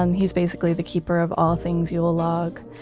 um he's basically the keeper of all things yule log,